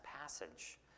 passage